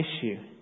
issue